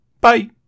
Bye